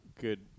good